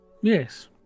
Yes